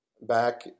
back